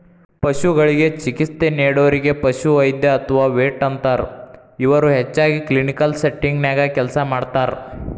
ಪಶುಗಳಿಗೆ ಚಿಕಿತ್ಸೆ ನೇಡೋರಿಗೆ ಪಶುವೈದ್ಯ ಅತ್ವಾ ವೆಟ್ ಅಂತಾರ, ಇವರು ಹೆಚ್ಚಾಗಿ ಕ್ಲಿನಿಕಲ್ ಸೆಟ್ಟಿಂಗ್ ನ್ಯಾಗ ಕೆಲಸ ಮಾಡ್ತಾರ